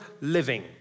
living